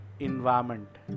Environment